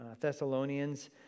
Thessalonians